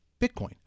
Bitcoin